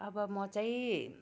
अब म चाहिँ